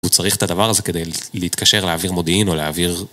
הוא צריך את הדבר הזה כדי להתקשר להעביר מודיעין או להעביר...